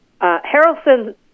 Harrelson